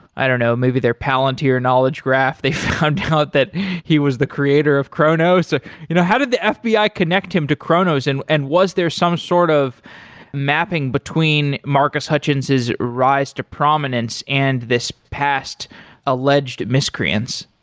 i don't know, maybe there palantir knowledge graph, they found out that he was the creator of kronos. ah you know how did the ah fbi connect him to kronos, and and was there some sort of mapping between marcus hutchinson's rise to prominence and this past alleged miscreants?